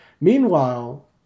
Meanwhile